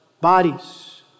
bodies